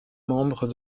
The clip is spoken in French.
membres